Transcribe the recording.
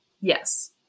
Yes